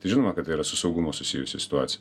tai žinoma kad tai yra su saugumu susijusi situacija